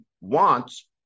wants